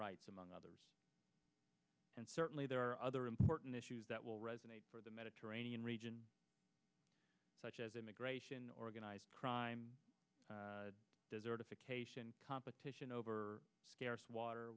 rights among others and certainly there are other important issues that will resonate for the mediterranean region such as immigration organized crime desertification competition over scarce water